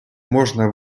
можна